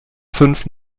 fünf